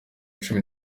cumi